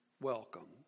welcome